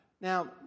Now